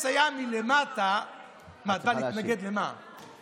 אתה סובבת אותנו עכשיו מלמעלה ומלמטה,